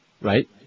Right